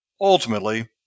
ultimately